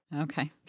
Okay